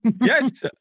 Yes